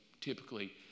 typically